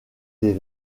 des